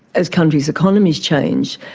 as countries' economies changed,